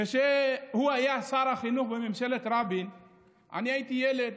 כשהוא היה שר החינוך בממשלת רבין אני הייתי ילד,